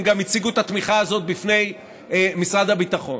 הם גם הציגו את התמיכה הזאת בפני משרד הביטחון.